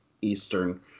eastern